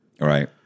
Right